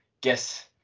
guess